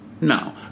No